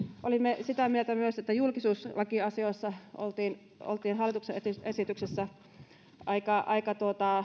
olimme myös sitä mieltä että julkisuuslakiasioissa oltiin oltiin hallituksen esityksessä aika